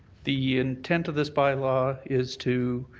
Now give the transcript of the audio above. the intent of this bylaw is to